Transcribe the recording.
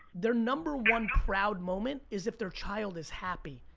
they're number one proud moment is if their child is happy.